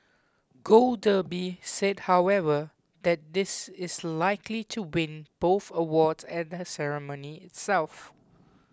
gold Derby said however that this is likely to win both awards at the ceremony itself